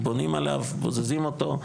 בונים עליו, בוזזים אותו,